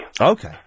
Okay